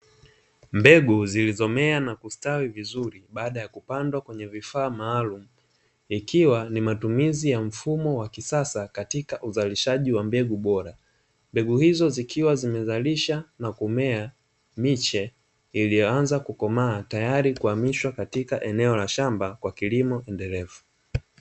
Mbegu zilizomea na kustawi vizuri baada ya kupandwa kwenye vifaa maalumu, ikiwa ni matumizi ya mfumo wa kisasa katika uzalishaji wa mbegu bora, mbegu hizo zikiwa zimezalisha na kumea, miche ilianza kukomaa tayari kuhamishwa katika eneo la shamba kwa kilimo endelevu.